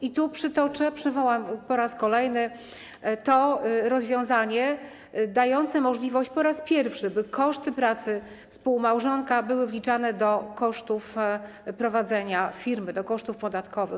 I tu przytoczę, przywołam po raz kolejny to rozwiązanie dające możliwość po raz pierwszy tego, by koszty pracy współmałżonka były wliczane do kosztów prowadzenia firmy, do kosztów podatkowych.